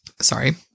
sorry